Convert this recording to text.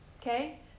Okay